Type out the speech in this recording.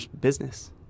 business